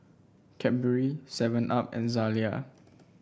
Cadbury Seven Up and Zalia